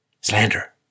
Slander